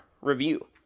review